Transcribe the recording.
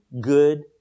good